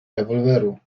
rewolweru